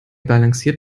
balanciert